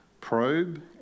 probe